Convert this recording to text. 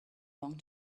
long